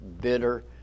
bitter